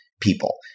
people